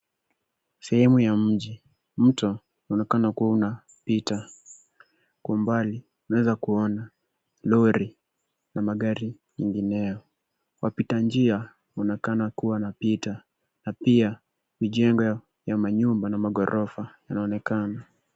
Sehemu ya mji. Mto unaonekana kuwa unapita . Kwa umbali unaweza kuona lori na magari mengineo. Wapita njia wanaonekana kuwa wanapita na pia mijengo ya nyumba na ma ghorofa yanaonekana.